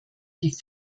die